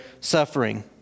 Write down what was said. suffering